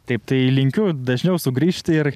taip tai linkiu dažniau sugrįžti ir